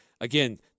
Again